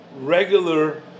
regular